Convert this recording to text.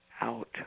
out